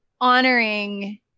honoring